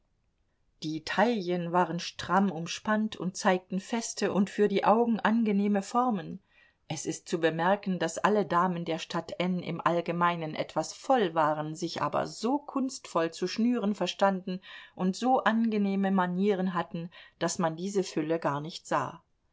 die taillen waren stramm umspannt und zeigten feste und für die augen angenehme formen es ist zu bemerken daß alle damen der stadt n im allgemeinen etwas voll waren sich aber so kunstvoll zu schnüren verstanden und so angenehme manieren hatten daß man diese fülle gar nicht sah